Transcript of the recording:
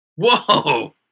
Whoa